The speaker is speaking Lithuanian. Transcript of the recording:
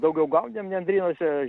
daugiau gaudėm nendrynuose